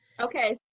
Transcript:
Okay